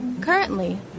Currently